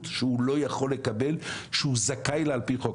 שהוא לא יכול לקבל שהוא זכאי לה על פי חוק.